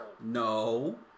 No